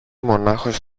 μονάχος